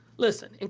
listen, and